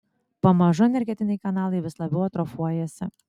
pamažu energetiniai kanalai vis labiau atrofuojasi